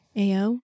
AO